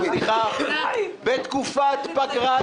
מה אכפת לו.